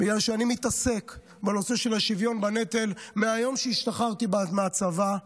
בגלל שאני מתעסק בנושא של השוויון בנטל מהיום שהשתחררתי מהצבא.